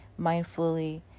mindfully